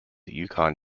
yukon